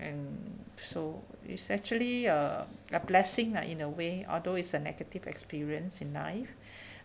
and so it's actually a a blessing lah in a way although it's a negative experience in life